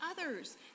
others